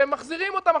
והן מחזירות אותם עכשיו.